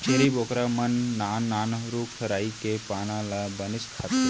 छेरी बोकरा मन नान नान रूख राई के पाना ल बनेच खाथें